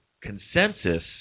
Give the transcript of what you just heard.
consensus